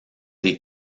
des